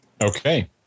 Okay